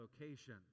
location